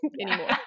anymore